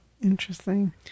Interesting